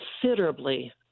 considerably